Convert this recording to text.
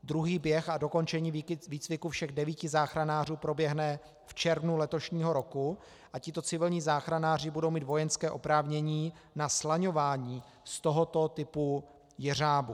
Druhý běh a dokončení výcviku všech devíti záchranářů proběhne v červnu letošního roku a tito civilní záchranáři budou mít vojenské oprávnění na slaňování z tohoto typu jeřábu.